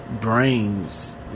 brains